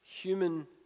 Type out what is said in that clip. human